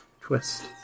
twist